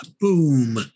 Boom